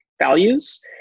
values